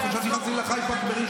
השולחנות, חשבתי שהם, תעצור.